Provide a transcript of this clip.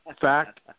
Fact